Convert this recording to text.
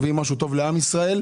אנחנו מביאים משהו טוב לעם ישראל,